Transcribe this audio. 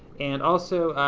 and also,